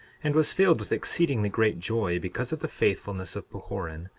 and was filled with exceedingly great joy because of the faithfulness of pahoran,